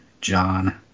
John